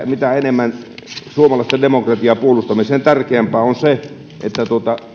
mitä enemmän suomalaista demokratiaa puolustamme sen tärkeämpää on se että